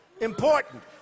important